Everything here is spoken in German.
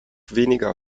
weniger